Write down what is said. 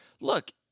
look